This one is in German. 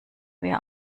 wir